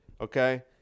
Okay